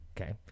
Okay